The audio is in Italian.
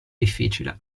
difficile